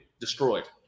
destroyed